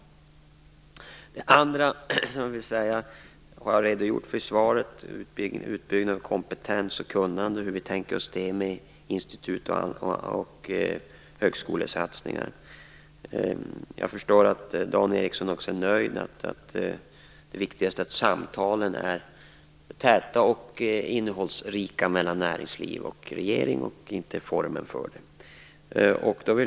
För det andra gäller det utbyggnad av kompetens och kunnande, och jag har i svaret redogjort för hur vi tänker oss det med institut och högskolesatsningar. Jag förstår att Dan Ericsson också är nöjd med att det viktigaste är att samtalen är täta och innehållsrika mellan näringsliv och regering, inte formen för detta.